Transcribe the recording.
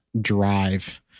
drive